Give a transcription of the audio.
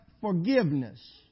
forgiveness